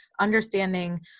understanding